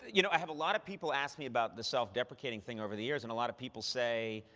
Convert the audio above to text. you know, i have a lot of people ask me about the self-deprecating thing over the years, and a lot of people say,